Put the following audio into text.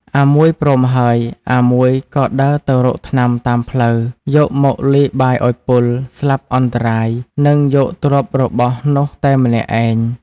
អាមួយព្រមហើយអាមួយក៏ដើរទៅរកថ្នាំតាមផ្លូវ យកមកលាយបាយឲ្យពុល ស្លាប់អន្តរាយ នឹងយកទ្រព្យរបស់នោះតែម្នាក់ឯង ។